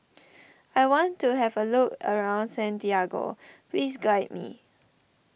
I want to have a look around Santiago please guide me